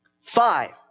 five